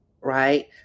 right